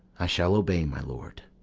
i shall obey, my lord.